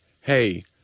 Hey